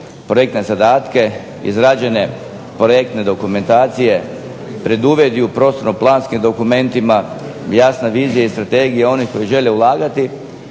projektne zadatke izrađene projektne dokumentacije, preduvjeti u prostorno-planskim dokumentima, jasna vizija i strategija onih koji žele ulagati